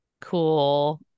cool